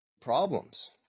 problems